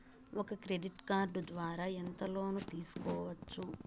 ఒక credit card ద్వారా ఎంత లోను తీసుకోవచ్చు?